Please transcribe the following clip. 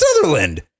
Sutherland